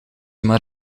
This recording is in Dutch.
maar